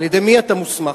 על-ידי מי אתה מוסמך?